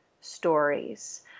stories